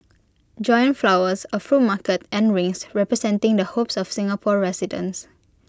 giant flowers A fruit market and rings representing the hopes of Singapore residents